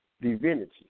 divinity